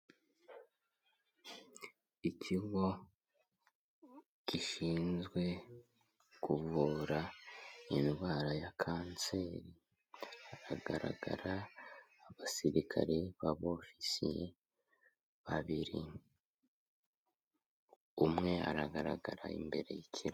Ikigo gishinzwe kuvura indwara ya kanseri, haragara abasirikare b'abofisiye babiri, umwe aragaragara imbere y'iki....